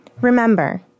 Remember